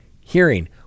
hearing